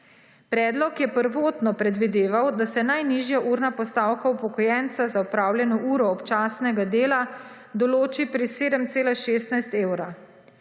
Predlog je prvotno predvideval, da se najnižja urna postavka upokojenca za opravljeno uro občasnega dela določi pri 7,16 evra.